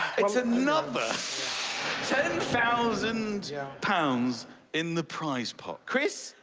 it's another ten thousand pounds in the prize pot. chris,